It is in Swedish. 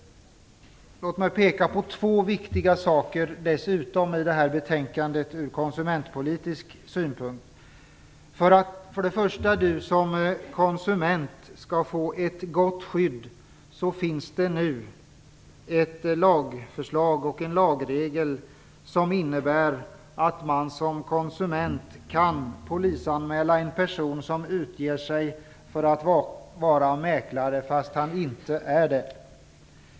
Jag vill peka på två andra från konsumentpolitisk synpunkt viktiga saker i betänkandet. För det första: För att konsumenten skall få ett gott skydd finns det nu ett lagförslag om en lagregel som innebär att konsumenten kan polisanmäla en person som utger sig för att vara mäklare utan att vara det.